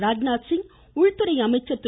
ராஜ்நாத்சிங் உள்துறை அமைச்சர் திரு